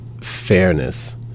fairness